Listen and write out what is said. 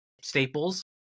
staples